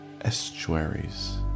estuaries